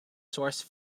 source